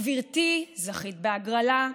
גברתי, זכית בהגרלה,